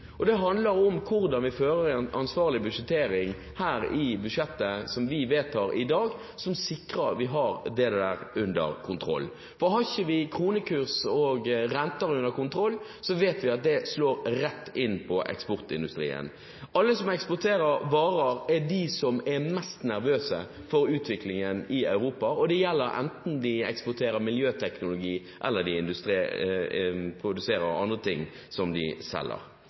renten, det handler om kronekursen, og det handler om hvordan vi fører en ansvarlig budsjettering – et budsjett som vi vedtar her i dag – som sikrer at vi har dette under kontroll. For har vi ikke kronekurs og renter under kontroll, vet vi at det slår rett inn på eksportindustrien. Alle som eksporterer varer, er mest nervøse for utviklingen i Europa, og det gjelder enten de eksporterer miljøteknologi, eller de produserer andre ting som de selger.